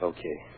Okay